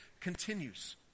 continues